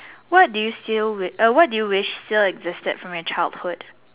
what do you feel what do you wish still existed from your childhood